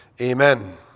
Amen